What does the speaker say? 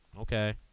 Okay